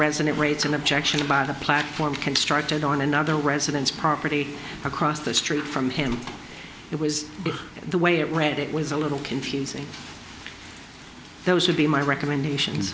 resident rates an objection about a platform constructed on another residents property across the street from him it was but the way it read it was a little confusing those would be my recommendation